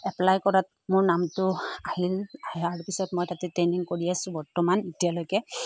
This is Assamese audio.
এপ্লাই কৰাত মোৰ নামটো আহিল আহাৰ পিছত মই তাতে ট্ৰেইনিং কৰি আছো বৰ্তমান এতিয়ালৈকে